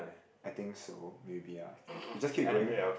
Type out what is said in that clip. I think so maybe ah you just keep going